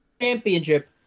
championship